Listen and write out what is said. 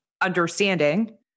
understanding